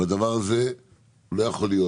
והדבר הזה לא יכול להיות,